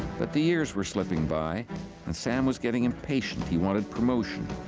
but the years were slipping by and sam was getting impatient he wanted promotion,